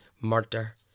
murder